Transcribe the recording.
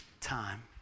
time